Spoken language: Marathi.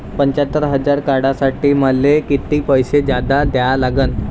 पंच्यात्तर हजार काढासाठी मले कितीक पैसे जादा द्या लागन?